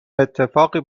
اتفاقی